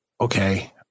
okay